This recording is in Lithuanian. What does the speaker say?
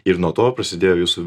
ir nuo to prasidėjo jūsų